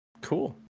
Cool